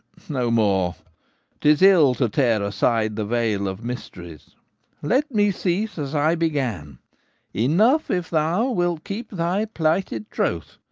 no more tis ill to tear aside the veil of mysteries let me cease as i began enough if thou wilt keep thy plighted troth,